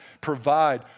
provide